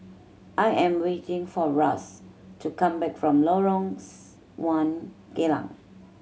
I am waiting for Ras to come back from Lorong one Geylang